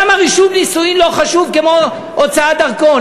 למה רישום נישואין לא חשוב כמו הוצאת דרכון?